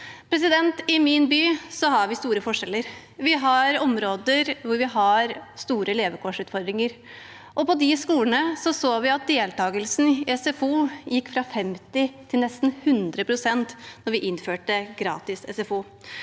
I min by har vi store forskjeller. Vi har områder hvor vi har store levekårsutfordringer, og på de skolene så vi at deltakelsen i SFO gikk fra 50 pst. til nesten 100 pst. da vi innførte gratis SFO.